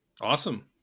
Awesome